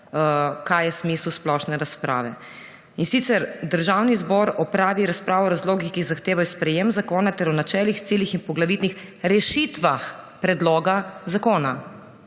kaj je smisel splošne razprave, in sicer: »Državni zbor opravi razpravo o razlogih, ki jih zahtevajo sprejem zakona ter o načelih, ciljih in poglavitnih rešitvah predloga zakona.«